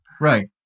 right